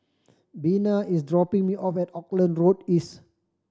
Bina is dropping me off at Auckland Road East